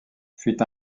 fut